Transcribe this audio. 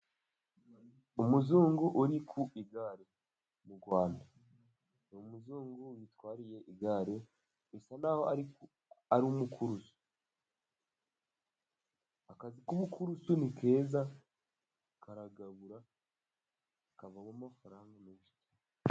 Umuzungu uri ku igare mu Rwanda ,umuzungu uri ku igare asa n'aho ari umukurusi, akazi k'ubukurusi ni keza , karagabura kavamo amafaranga.